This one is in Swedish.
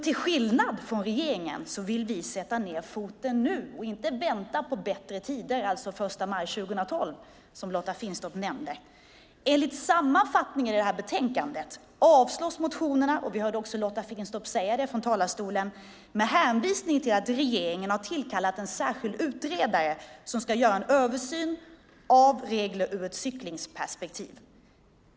Till skillnad från regeringen vill vi sätta ned foten nu och inte vänta på bättre tider - alltså den 1 maj 2012, som Lotta Finstorp nämnde. Enligt sammanfattningen i det här betänkandet avstyrks motionerna - vi hörde också Lotta Finstorp säga det från talarstolen - med hänvisning till att regeringen har tillkallat en särskild utredare som ska göra en översyn av regler ur ett cyklingsperspektiv.